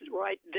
right